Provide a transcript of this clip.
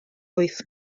wyth